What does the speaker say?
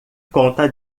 conta